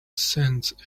sensed